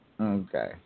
Okay